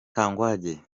kangwagye